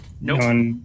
Nope